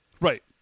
Right